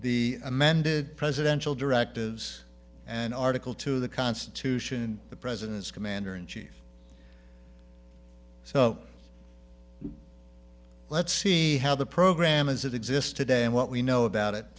the amended presidential directives and article to the constitution and the president's commander in chief so let's see how the program as it exists today and what we know about it